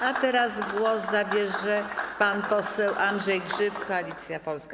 A teraz głos zabierze pan poseł Andrzej Grzyb, Koalicja Polska.